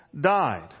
died